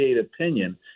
opinion